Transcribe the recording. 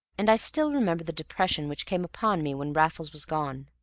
and i still remember the depression which came upon me when raffles was gone.